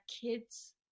kids